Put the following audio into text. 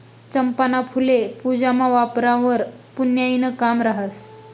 चंपाना फुल्ये पूजामा वापरावंवर पुन्याईनं काम रहास